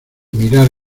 mirar